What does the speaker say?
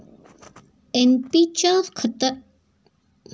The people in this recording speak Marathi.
एन.पी च्या खतांच्या मिश्रणात भौतिक गुणधर्मांवर आधारित घटकांची उपस्थिती असते